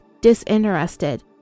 disinterested